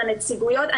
לנציגויות.